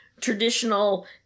traditional